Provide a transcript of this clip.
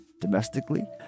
domestically